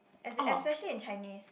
as in especially in Chinese